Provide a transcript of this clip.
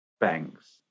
banks